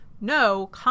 no